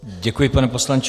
Děkuji, pane poslanče.